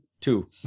two